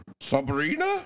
Sabrina